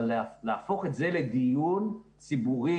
אלא להפוך את זה לדיון של גורמי